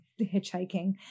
hitchhiking